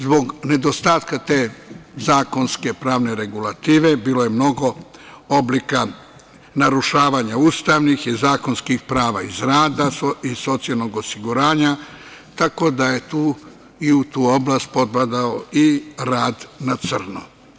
Zbog nedostatka te zakonske pravne regulative bilo je mnogo oblika narušavanja ustavnih i zakonskih prava iz rada, socijalnog osiguranja, tako da je tu i u tu oblast potpada i rad na crno.